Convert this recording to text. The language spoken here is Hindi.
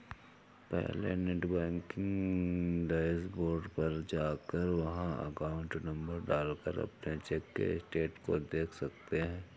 पहले नेटबैंकिंग डैशबोर्ड पर जाकर वहाँ अकाउंट नंबर डाल कर अपने चेक के स्टेटस को देख सकते है